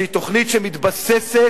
שהיא תוכנית שמתבססת